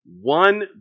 One